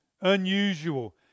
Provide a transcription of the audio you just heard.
unusual